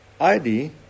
ID